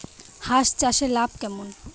হাঁস চাষে লাভ কেমন?